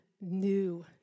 new